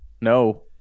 No